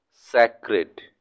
sacred